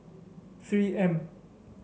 three M